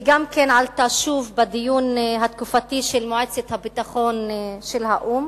כי היא גם עלתה שוב בדיון התקופתי של מועצת הביטחון של האו"ם